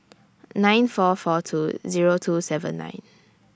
nine four four two Zero two seven nine